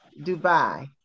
Dubai